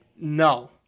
No